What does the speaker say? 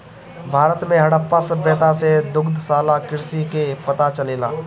भारत में हड़प्पा सभ्यता से दुग्धशाला कृषि कअ पता चलेला